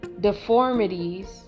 deformities